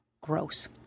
gross